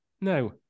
No